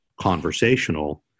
conversational